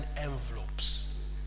envelopes